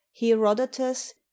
herodotus